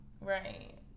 Right